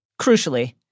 Crucially